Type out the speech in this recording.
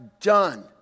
done